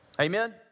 Amen